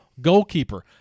goalkeeper